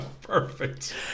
perfect